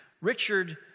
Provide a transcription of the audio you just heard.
Richard